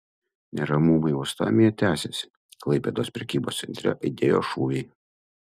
neramumai uostamiestyje tęsiasi klaipėdos prekybos centre aidėjo šūviai